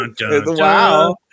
Wow